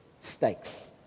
stakes